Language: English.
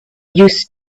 used